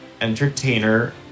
entertainer